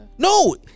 No